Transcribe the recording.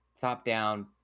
top-down